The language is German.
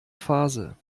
phase